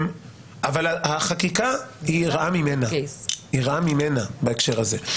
אבל החקיקה היא רעה ממנה בהקשר הזה.